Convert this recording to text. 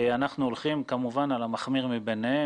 אנחנו הולכים כמובן על המחמיר מביניהם.